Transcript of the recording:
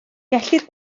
gellir